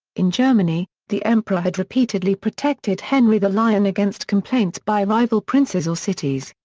in germany, the emperor had repeatedly protected henry the lion against complaints by rival princes or cities.